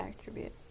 attribute